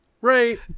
Right